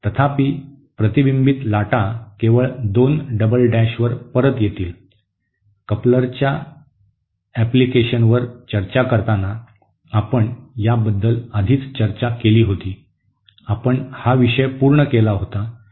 तथापि प्रतिबिंबित लाटा केवळ 2 डबल डॅशवर परत येतील कपलरच्या अनुप्रयोगांवर चर्चा करताना आपण याबद्दल आधीच चर्चा केली होती आपण हा विषय पूर्ण केला होता